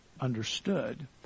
understood